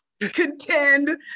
contend